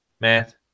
Math